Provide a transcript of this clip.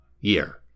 year